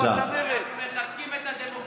אנחנו מחזקים את הדמוקרטיה,